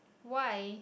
why